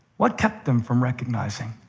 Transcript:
what kept them from recognizing?